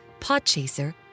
Podchaser